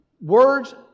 Words